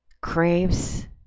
craves